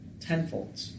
tenfold